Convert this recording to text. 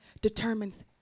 determines